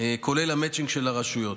כולל המצ'ינג של הרשויות.